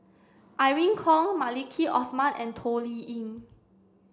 Irene Khong Maliki Osman and Toh Liying